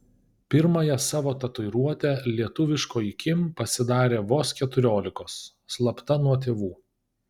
pirmąją savo tatuiruotę lietuviškoji kim pasidarė vos keturiolikos slapta nuo tėvų